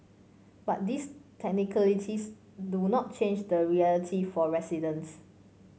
but these technicalities do not change the reality for residents